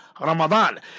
Ramadan